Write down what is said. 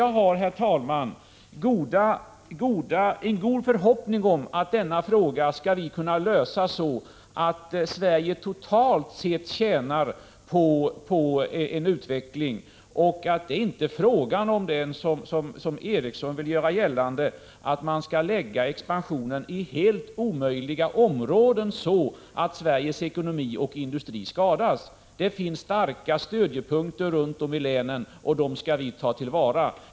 Jag har, herr talman, en god förhoppning om att denna fråga skall kunna lösas så att Sverige totalt sett tjänar på en utveckling. Det är inte fråga om, som Göran Ericsson vill göra gällande, att man skall lägga expansion i helt omöjliga områden, så att Sveriges ekonomi och industri skadas. Det finns starka stödjepunkter runt om i länen, och dem skall vi ta till vara.